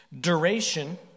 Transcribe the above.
Duration